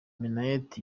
minnaert